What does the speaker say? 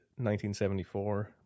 1974